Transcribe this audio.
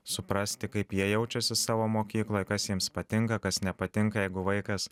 suprasti kaip jie jaučiasi savo mokykloj kas jiems patinka kas nepatinka jeigu vaikas